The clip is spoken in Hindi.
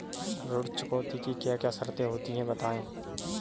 ऋण चुकौती की क्या क्या शर्तें होती हैं बताएँ?